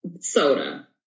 soda